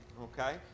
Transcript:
Okay